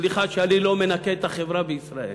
סליחה שאני לא מנקה את החברה בישראל